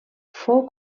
fou